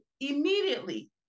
immediately